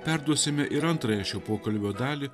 perduosime ir antrąją šio pokalbio dalį